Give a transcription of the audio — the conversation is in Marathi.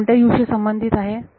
हा कोणत्या U शी संबंधित आहे